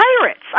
pirates